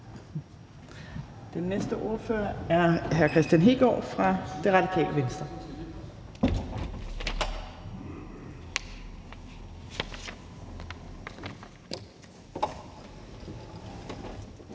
Den næste ordfører er hr. Kristian Hegaard fra Radikale Venstre.